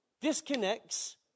disconnects